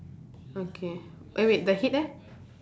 okay eh wait the head eh